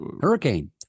hurricane